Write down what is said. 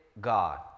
god